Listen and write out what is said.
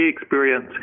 experience